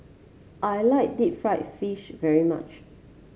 I like Deep Fried Fish very much